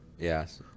Yes